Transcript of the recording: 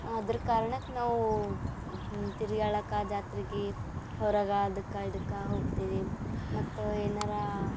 ಅದ್ರ ಕಾರಣಕ್ಕೆ ನಾವು ತಿರ್ಗ್ಯಾಳಕ್ಕೆ ಆ ಜಾತ್ರೆಗಿ ಹೊರಗೆ ಅದಕ್ಕೆ ಇದಕ್ಕೆ ಹೋಗ್ತೀವಿ ಮತ್ತು ಏನಾರೂ